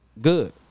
good